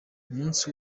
umunsi